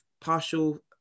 partial